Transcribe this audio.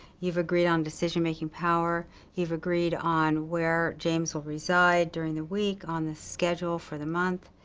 you've agreed on decision-making power, you've agreed on where james will reside during the week, on the schedule for the month.